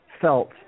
felt